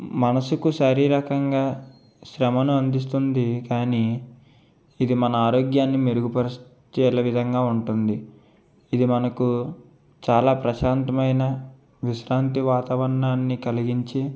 మనస్సుకు శారీరకంగా శ్రమను అందిస్తుంది కాని ఇది మన ఆరోగ్యాన్ని మెరుగుపరు చేలావిధంగా ఉంటుంది ఇది మనకు చాలా ప్రశాంతమైన విశ్రాంతి వాతావరణాన్ని కలిగించి